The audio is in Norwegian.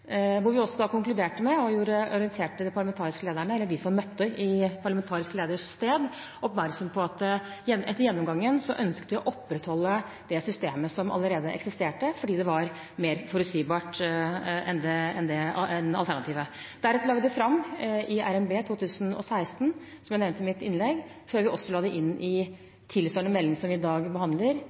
Vi orienterte de parlamentariske lederne, eller de som møtte i parlamentarisk leders sted, og gjorde oppmerksom på at etter gjennomgangen ønsket vi å opprettholde det systemet som allerede eksisterte, fordi det var mer forutsigbart enn alternativet. Deretter la vi det fram i revidert nasjonalbudsjett 2016, som jeg nevnte i mitt innlegg, før vi også la det inn i tilsvarende melding som vi i dag behandler,